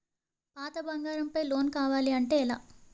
పాత బంగారం పై లోన్ కావాలి అంటే ఎలా?